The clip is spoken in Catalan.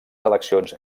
eleccions